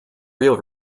real